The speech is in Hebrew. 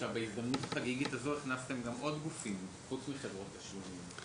בהזדמנות חגיגית זאת הכנסתם גם עוד גופים חוץ מחברות תשלומים.